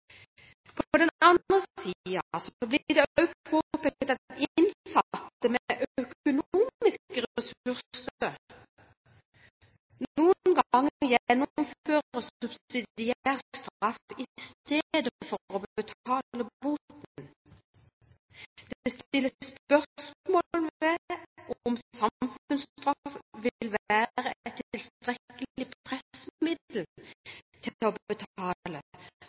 På den andre siden blir det også påpekt at innsatte med økonomiske ressurser noen ganger gjennomfører subsidiær straff i stedet for å betale boten. Det stilles spørsmål ved om samfunnsstraff vil være et tilstrekkelig pressmiddel for å betale,